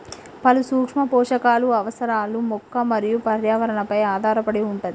పలు సూక్ష్మ పోషకాలు అవసరాలు మొక్క మరియు పర్యావరణ పై ఆధారపడి వుంటది